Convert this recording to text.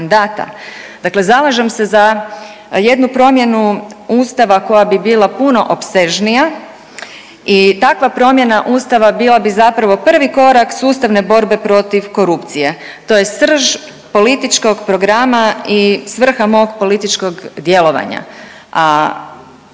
zalažem se za jednu promjenu Ustava koja bi bila puno opsežnija i takva promjena Ustava bila bi zapravo prvi korak sustavne borbe protiv korupcije. To je srž političkog programa i svrha mog političkog djelovanja.